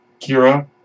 Kira